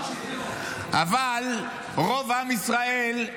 אבל רוב עם ישראל,